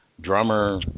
drummer